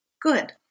Good